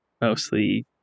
mostly